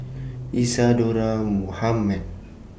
Isadhora Mohamed